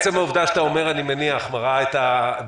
עצם העובדה שאתה אומר "אני מניח" מראה את הבעייתיות.